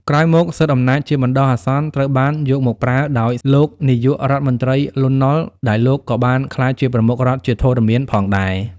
ក្រោយមក សិទ្ធិអំណាចជាបណ្ដោះអាសន្នត្រូវបានយកមកប្រើដោយលោកនាយករដ្ឋមន្ត្រីលន់ នល់ ដែលលោកក៏បានក្លាយជាប្រមុខរដ្ឋជាធរមានផងដែរ។